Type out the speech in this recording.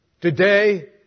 Today